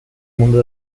mundo